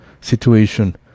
situation